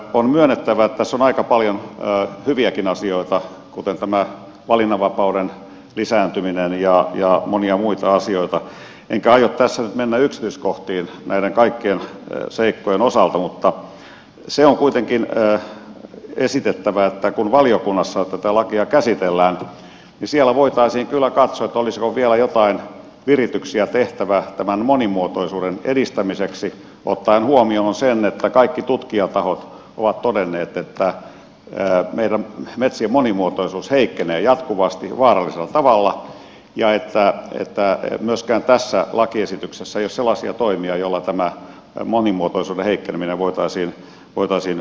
on myönnettävä että tässä on aika paljon hyviäkin asioita kuten tämä valinnanvapauden lisääntyminen ja monia muita asioita enkä aio tässä nyt mennä yksityiskohtiin näiden kaikkien seikkojen osalta mutta se on kuitenkin esitettävä että kun valiokunnassa tätä lakia käsitellään niin siellä voitaisiin kyllä katsoa olisiko vielä jotain virityksiä tehtävä tämän monimuotoisuuden edistämiseksi ottaen huomioon sen että kaikki tutkijatahot ovat todenneet että meidän metsien monimuotoisuus heikkenee jatkuvasti vaarallisella tavalla ja että myöskään tässä lakiesityksessä ei ole sellaisia toimia joilla tämä monimuotoisuuden heikkeneminen voitaisiin pysäyttää